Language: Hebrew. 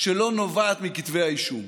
שלא נובעת מכתבי האישום,